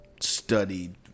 studied